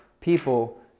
people